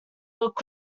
looked